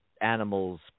animal's